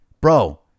bro